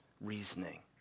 reasoning